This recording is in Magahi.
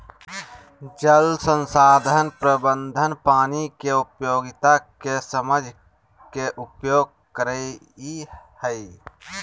जल संसाधन प्रबंधन पानी के उपयोगिता के समझ के उपयोग करई हई